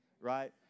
right